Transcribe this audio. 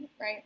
right